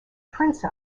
prince